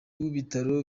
w’ibitaro